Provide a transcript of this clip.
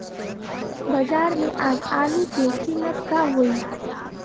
बाजार में आज आलू के कीमत का होई?